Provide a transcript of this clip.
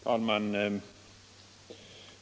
Herr talman!